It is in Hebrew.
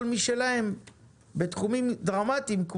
גדול יותר משלהם בתחומים דרמטיים,